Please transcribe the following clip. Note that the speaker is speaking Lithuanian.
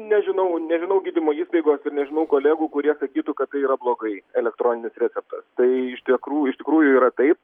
nežinau nežinau gydymo įstaigos ir nežinau kolegų kurie sakytų kad tai yra blogai elektroninis receptas tai iš tekrų iš tikrųjų yra taip